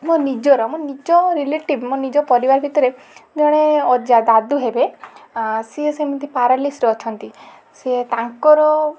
ମୋ ନିଜର ମୋ ନିଜ ରିଲେଟିଭ୍ ମୋ ନିଜ ପରିବାର ଭିତରେ ଜଣେ ଅଜା ଦାଦୁ ହେବେ ସେ ସେମିତି ପାରାଲିସିସ୍ରେ ଅଛନ୍ତି ସିଏ ତାଙ୍କର